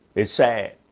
it's sad.